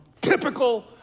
typical